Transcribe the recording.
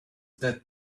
that